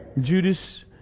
Judas